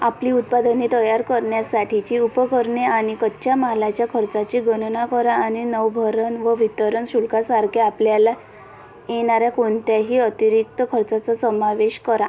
आपली उत्पादने तयार करण्यासाठीची उपकरणे आणि कच्च्या मालाच्या खर्चाची गणना करा आणि नौभरण व वितरण शुल्कासारख्या आपल्याला येणार्या कोणत्याही अतिरिक्त खर्चाचा समावेश करा